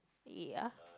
eat ah